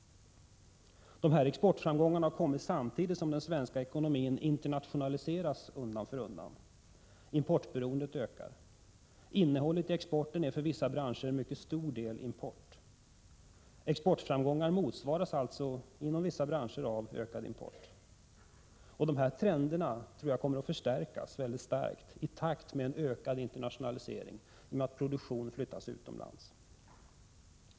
Dessa exportframgångar har kommit samtidigt som den svenska ekonomin undan för undan internationaliseras. Importberoendet ökar. Innehållet i exporten är för vissa branscher till mycket stor del import. Exportframgångar motsvaras alltså inom vissa branscher av ökad import. Jag tror att dessa trender kommer att förstärkas väldigt mycket samtidigt som vi får en ökad internationalisering till följd av att produktionen flyttas utomlands.